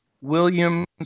Williams